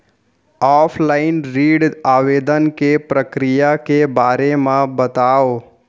Offline ऋण आवेदन के प्रक्रिया के बारे म बतावव?